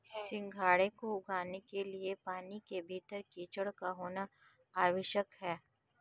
सिंघाड़े को उगाने के लिए पानी के भीतर कीचड़ होना आवश्यक है